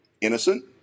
innocent